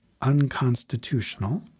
unconstitutional